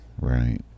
Right